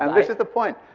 um this is the point.